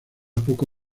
poco